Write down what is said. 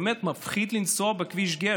באמת מפחיד לנסוע בכביש גהה,